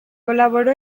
colaboró